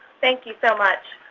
thank you so much.